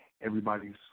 everybody's